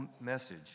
message